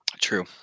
true